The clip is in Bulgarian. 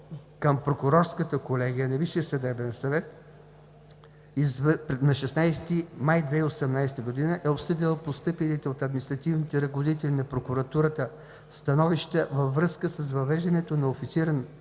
към Прокурорската колегия на Висшия съдебен съвет на 16 май 2018 г. е обсъдила постъпилите от административните ръководители на Прокуратурата становища във връзка с въвеждането на унифициран